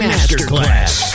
Masterclass